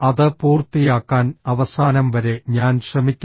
അത് പൂർത്തിയാക്കാൻ അവസാനം വരെ ഞാൻ ശ്രമിക്കും